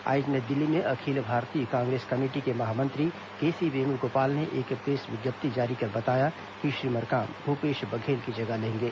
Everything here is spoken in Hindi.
आज नई दिल्ली में अखिल भारतीय कांग्रेस कमेटी के महामंत्री केसी वेणुगोपाल ने एक प्रेस विज्ञप्ति जारी कर बताया कि श्री मरकाम भूपेश बघेल की जगह लेंगे